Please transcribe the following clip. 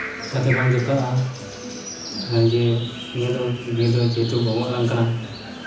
ᱪᱤᱠᱟᱹᱛᱮ ᱵᱟᱝ ᱡᱚᱠᱷᱟᱜᱼᱟ ᱡᱮ ᱱᱤᱭᱟᱹ ᱫᱚ ᱱᱤᱭᱟᱹ ᱫᱚ ᱡᱮᱦᱮᱛᱩ ᱜᱚᱜᱚ ᱟᱲᱟᱝ ᱠᱟᱱᱟ